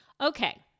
Okay